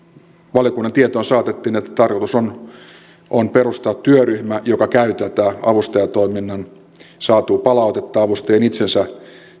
valiokunnan tietoon saatettiin että tarkoitus on on perustaa työryhmä joka käy lävitse tätä avustajatoiminnasta saatua palautetta avustajien itsensä